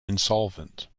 insolvent